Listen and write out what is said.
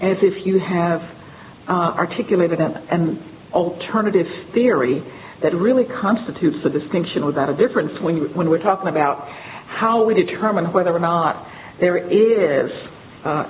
it's if you have articulated and alternative theory that really constitutes a distinction without a difference when you when we're talking about how we determine whether or not there is a